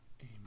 Amen